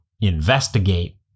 investigate